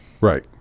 Right